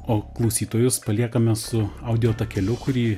o klausytojus paliekame su audiotakeliu kurį